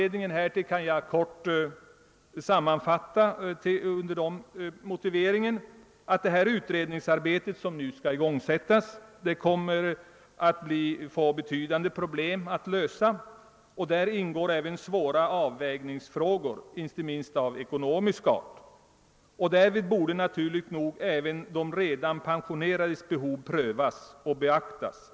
Anledningen härtill kan jag helt kort sammanfatta så, att det utredningsarbete som skall igångsättas kommer att innefatta betydande problem med bl.a. svåra avvägningsfrågor inte minst av ekonomisk art. Därvid bör även de redan pensionerades behov prövas och beaktas.